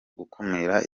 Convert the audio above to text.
gukumira